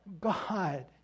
God